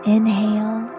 Inhale